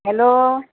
hello